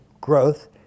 growth